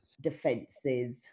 defenses